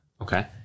Okay